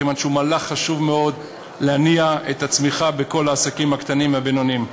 כיוון שהוא מהלך חשוב מאוד להנעת הצמיחה בכל העסקים הקטנים והבינוניים.